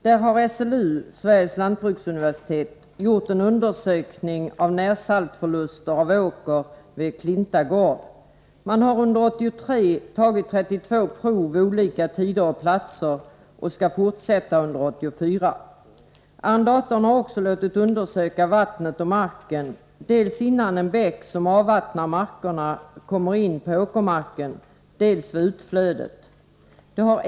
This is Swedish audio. Där har SLU, Sveriges lantbruksuniversitet, gjort en undersökning av närsaltförlusterna i åker vid Klinta gård. Man har under 1983 tagit 32 prover vid olika tider och på skilda platser och skall fortsätta under 1984. Arrendatorn har också låtit undersöka vattnet och marken, dels innan en bäck som avvattnar markerna kommer in på åkermarken, dels vid utflödet.